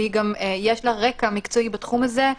ויש לה גם רקע מקצועי בתחום הזה,